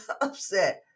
upset